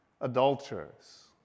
adulterers